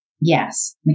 Yes